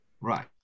Right